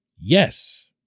Yes